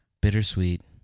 Bittersweet